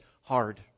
hard